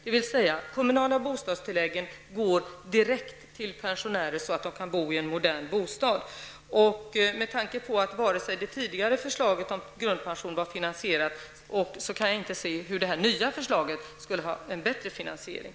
De kommunala bostadstilläggen går alltså direkt till pensionärer, så att det blir möjligt för dem att bo i en modern bostad. Med tanke på att det tidigare förslaget om grundpension inte var finansierat, kan jag inte inse hur detta nya förslag skulle kunna ha en bättre finansiering.